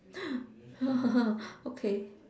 okay